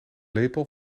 lepel